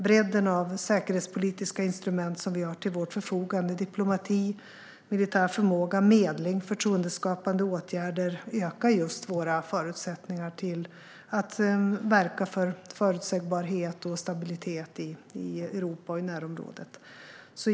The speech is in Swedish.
Bredden av säkerhetspolitiska instrument som vi har till vårt förfogande - diplomati, militär förmåga, medling och förtroendeskapande åtgärder - ökar våra förutsättningar att verka för förutsägbarhet och stabilitet i Europa och närområdet.